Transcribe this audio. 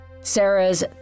Sarah's